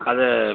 அதை